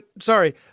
sorry